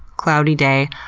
cloudy day.